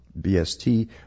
BST